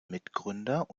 mitgründer